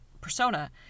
persona